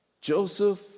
Joseph